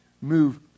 move